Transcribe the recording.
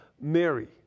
Mary